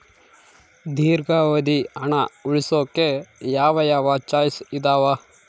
ದೇರ್ಘಾವಧಿ ಹಣ ಉಳಿಸೋಕೆ ಯಾವ ಯಾವ ಚಾಯ್ಸ್ ಇದಾವ?